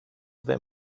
δεν